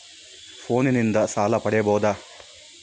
ಫೋನಿನಿಂದ ಸಾಲ ಪಡೇಬೋದ?